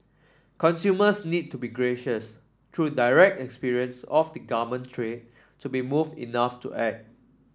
consumers need to be conscious true direct experience of the garment trade to be moved enough to act